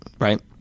right